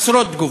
עשרות תגובות.